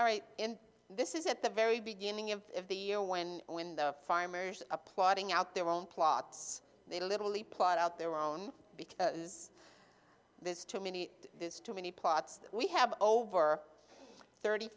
food and this is at the very beginning of the year when when the farmers applauding out their own plots they literally plot out their own because there's too many there's too many parts we have over thirty